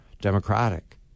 Democratic